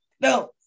No